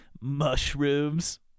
Mushrooms